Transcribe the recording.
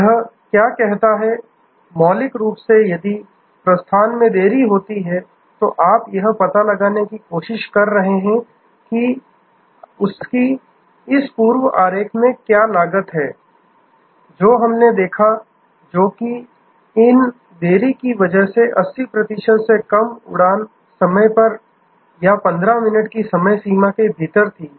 यह क्या करता है मौलिक रूप से यदि प्रस्थान में देरी होती है तो आप यह पता लगाने की कोशिश कर रहे हैं कि उसकी इस पूर्व आरेख में क्या लागत है संदर्भ समय 0943 जो हमने देखा जो कि इन देरी की वजह से 80 प्रतिशत से कम उड़ान समय पर या 15 मिनट की समय सीमा के भीतर थी